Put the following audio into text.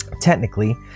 Technically